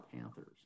Panthers